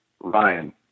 Ryan